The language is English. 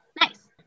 Nice